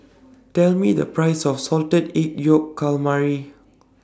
Tell Me The Price of Salted Egg Yolk Calamari